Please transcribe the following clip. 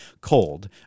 cold